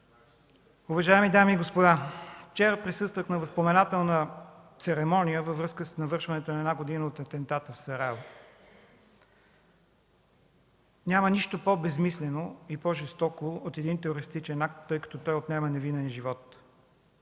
Уважаеми дами и господа, вчера присъствах на възпоменателна церемония във връзка с навършването на една година от атентата в Сарафово. Няма нищо по-безсмислено и по-жестоко от един терористичен акт, тъй като отнема невинен живот.